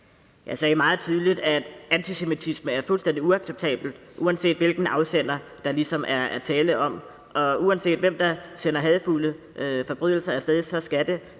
Jeg sagde meget tydeligt, at antisemitisme er fuldstændig uacceptabelt, uanset hvilken afsender der ligesom er tale om, og uanset hvem der står bag hadefulde forbrydelser, skal